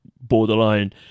borderline